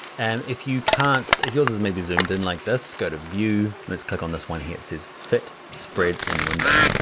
and if you can't, if yours is maybe zoomed in like this, go to view, let's click on this one here says fit spread in window.